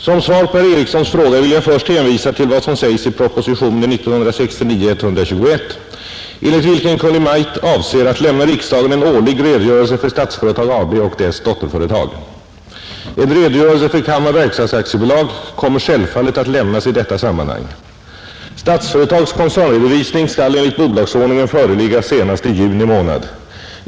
Som svar på herr Ericssons fråga vill jag först hänvisa till vad som sägs i propositionen 121 år 1969, enligt vilken Kungl. Maj:t avser att lämna riksdagen en årlig redogörelse för Statsföretag AB och dess dotterföretag. En redogörelse för Kalmar verkstads AB kommer självfallet att lämnas i detta sammanhang. Statsföretags koncernredovisning skall enligt bolagsordningen föreligga senast i juni månad.